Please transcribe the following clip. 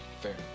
fair